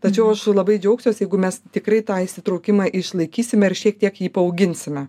tačiau aš labai džiaugsiuos jeigu mes tikrai tą įsitraukimą išlaikysime ir šiek tiek jį paauginsime